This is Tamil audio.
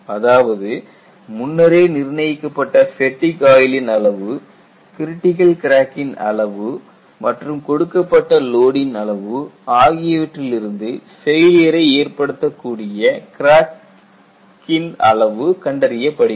அதாவது முன்னரே நிர்ணயிக்கப்பட்ட ஃபேட்டிக் ஆயுளின் அளவு க்ரிட்டிக்கல் கிராக்கின் அளவு மற்றும் கொடுக்கப்பட்ட லோடின் அளவு ஆகியவற்றிலிருந்து ஃபெயிலிய ரை ஏற்படுத்தக்கூடிய கிராக் சைஸின் அளவு கண்டறியப்படுகிறது